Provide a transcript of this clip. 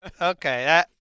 Okay